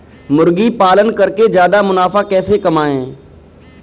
मुर्गी पालन करके ज्यादा मुनाफा कैसे कमाएँ?